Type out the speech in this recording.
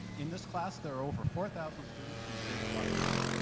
in this class there are over four thousand students from the state of washington.